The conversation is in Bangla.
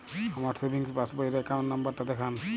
আমার সেভিংস পাসবই র অ্যাকাউন্ট নাম্বার টা দেখান?